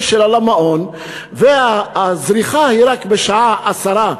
שלה למעון והזריחה היא רק בשעה 06:50,